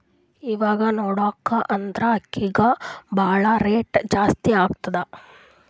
ಇವಾಗ್ ನೋಡ್ಬೇಕ್ ಅಂದ್ರ ಅಕ್ಕಿಗ್ ಭಾಳ್ ರೇಟ್ ಜಾಸ್ತಿ ಆಗ್ಯಾದ